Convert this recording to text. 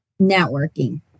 Networking